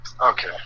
Okay